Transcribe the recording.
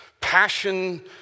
Passion